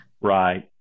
Right